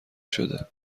شده